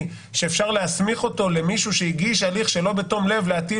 שאפשר להסמיך אותו למישהו שהגיש הליך שלא בתום לב להטיל